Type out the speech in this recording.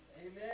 Amen